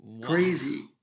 Crazy